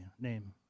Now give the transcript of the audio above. name